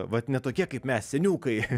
vat ne tokie kaip mes seniukai